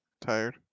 Tired